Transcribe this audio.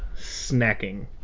snacking